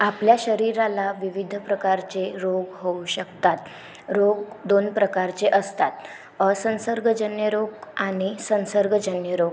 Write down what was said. आपल्या शरीराला विविध प्रकारचे रोग होऊ शकतात रोग दोन प्रकारचे असतात असंसर्गजन्य रोग आणि संसर्गजन्य रोग